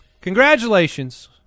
Congratulations